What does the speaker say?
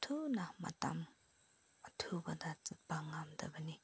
ꯊꯨꯅ ꯃꯇꯝ ꯑꯊꯨꯕꯗ ꯆꯠꯄ ꯉꯝꯗꯕꯅꯤ